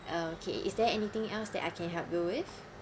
uh okay is there anything else that I can help you with